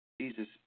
Jesus